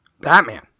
Batman